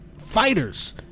fighters